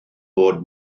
bod